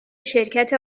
شرکت